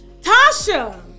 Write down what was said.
Tasha